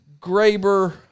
Graber